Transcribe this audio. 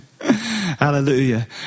Hallelujah